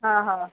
हां हो